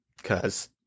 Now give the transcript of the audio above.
cause